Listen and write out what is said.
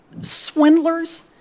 swindlers